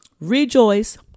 Rejoice